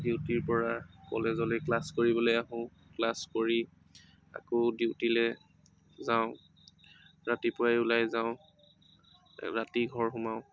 ডিউটিৰ পৰা কলেজলৈ ক্লাছ কৰিবলৈ আহোঁ ক্লাছ কৰি আকৌ ডিউটিলৈ যাওঁ ৰাতিপুৱাই ওলাই যাওঁ ৰাতি ঘৰ সোমাওঁ